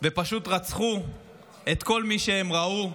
ופשוט רצחו את כל מי שהם ראו,